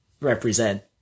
represent